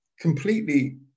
completely